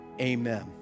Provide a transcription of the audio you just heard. Amen